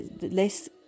less